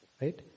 right